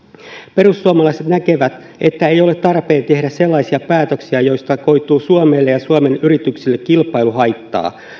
perussuomalaiset näkevät että ei ole tarpeen tehdä sellaisia päätöksiä joista koituu suomelle ja suomen yrityksille kilpailuhaittaa